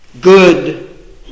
good